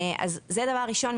זה דבר ראשון.